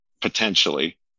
potentially